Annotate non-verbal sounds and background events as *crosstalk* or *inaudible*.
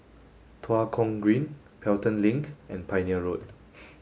Tua Kong Green Pelton Link and Pioneer Road *noise*